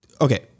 Okay